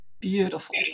Beautiful